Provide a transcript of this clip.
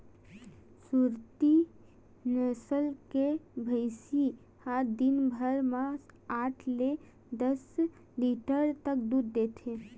सुरती नसल के भइसी ह दिन भर म आठ ले दस लीटर तक दूद देथे